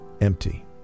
empty